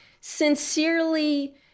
sincerely